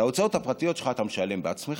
את ההוצאות הפרטיות שלך אתה משלם בעצמך.